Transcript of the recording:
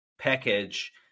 Package